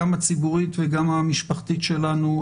גם הציבורית וגם המשפחתית שלנו,